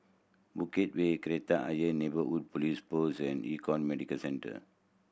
Bukit Way Kreta Ayer Neighbourhood Police Post and Econ Medicare Centre